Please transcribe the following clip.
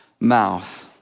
mouth